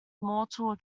mortal